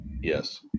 Yes